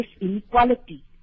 inequality